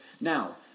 now